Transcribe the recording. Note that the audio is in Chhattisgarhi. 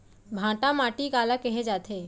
भांटा माटी काला कहे जाथे?